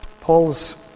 Paul's